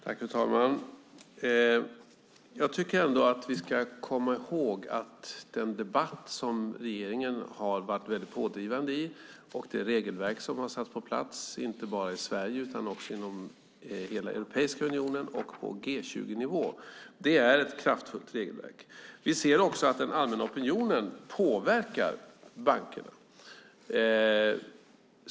Fru talman! Jag tycker ändå att vi ska komma ihåg att regeringen har varit väldigt pådrivande i den debatt som har förts, och det regelverk som har satts på plats, inte bara i Sverige utan också inom hela Europeiska unionen och på G20-nivå, är ett kraftfullt regelverk. Vi ser också att den allmänna opinionen påverkar bankerna.